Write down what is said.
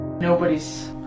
Nobody's